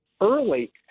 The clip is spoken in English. early